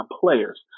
players